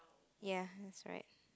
ya that's right